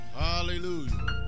hallelujah